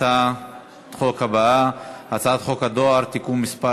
הצעת חוק המועצה להשכלה גבוהה (תיקון מס'